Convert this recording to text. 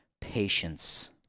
patience